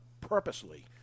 purposely